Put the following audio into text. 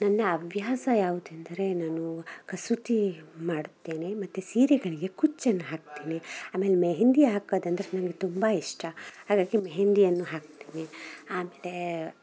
ನನ್ನ ಅಭ್ಯಾಸ ಯಾವ್ದು ಎಂದರೆ ನಾನೂ ಕಸೂತೀ ಮಾಡುತ್ತೇನೆ ಮತ್ತು ಸೀರೆಗಳಿಗೆ ಕುಚ್ಚನ್ನು ಹಾಕ್ತೀನಿ ಆಮೇಲೆ ಮೆಹೆಂದಿ ಹಾಕೋದಂದ್ರೆ ನನ್ಗೆ ತುಂಬ ಇಷ್ಟ ಹಾಗಾಗಿ ಮೆಹೆಂದಿಯನ್ನು ಹಾಕ್ತೀನಿ ಆಮೇಲೇ